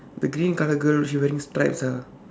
the green color girl she wearing stripes ah